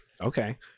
Okay